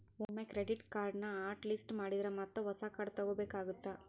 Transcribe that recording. ಒಮ್ಮೆ ಕ್ರೆಡಿಟ್ ಕಾರ್ಡ್ನ hot list ಮಾಡಿದ್ರ ಮತ್ತ ಹೊಸ ಕಾರ್ಡ್ ತೊಗೋಬೇಕಾಗತ್ತಾ